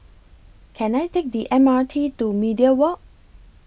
Can I Take The M R T to Media Walk